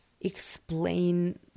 Explain